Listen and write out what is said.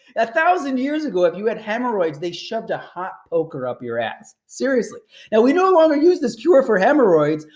a thousand years ago if you had hemorrhoids, they shoved a hot poker up your ass, seriously. now we no longer use this cure for hemorrhoids,